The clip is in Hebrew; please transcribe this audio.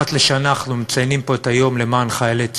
אחת לשנה אנחנו מציינים פה את היום למען חיילי צה"ל,